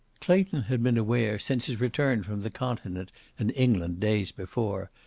clayton had been aware, since his return from the continent and england days before,